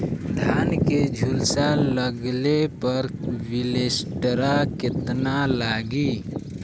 धान के झुलसा लगले पर विलेस्टरा कितना लागी?